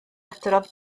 adrodd